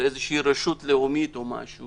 רשות לאומית או משהו